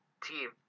team